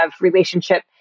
relationship